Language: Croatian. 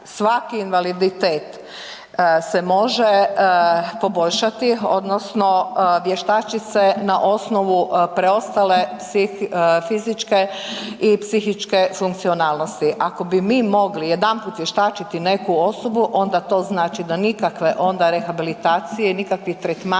svaki invaliditet se može poboljšati odnosno vještači se na osnovu preostale fizičke i psihičke funkcionalnosti. Ako bi mi mogli jedanput vještačiti neku osobu onda to znači da nikakve onda rehabilitacije, nikakvi tretmani,